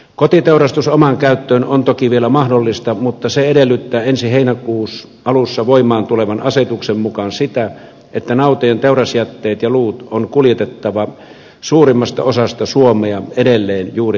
kotiteurastus omaan käyttöön on toki vielä mahdollista mutta se edellyttää ensi heinäkuun alussa voimaan tulevan asetuksen mukaan sitä että nautojen teurasjätteet ja luut on kuljetettava suurimmasta osasta suomea edelleen juuri honkajoki oylle